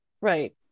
Right